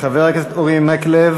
חבר הכנסת אורי מקלב,